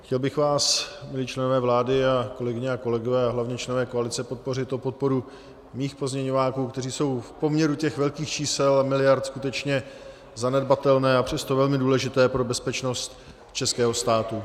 Chtěl bych vás, milí členové vlády a kolegyně a kolegové, a hlavně členové koalice, poprosit o podporu svých pozměňováků, které jsou v poměru těch velkých čísel a miliard skutečně zanedbatelné, a přesto velmi důležité pro bezpečnost českého státu.